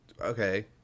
okay